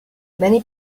many